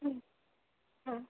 हुँ हुँ